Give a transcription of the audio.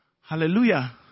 hallelujah